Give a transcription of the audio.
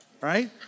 right